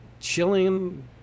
Chilling